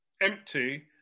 empty